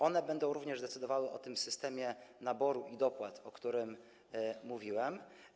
One będą również decydowały o systemie naboru i dopłat, o którym mówiłem.